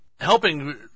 helping